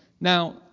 Now